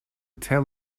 tell